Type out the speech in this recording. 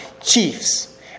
chiefs